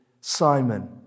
Simon